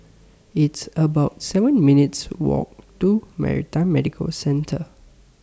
It's about seven minutes' Walk to Maritime Medical Center